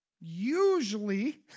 usually